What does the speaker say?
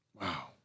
Wow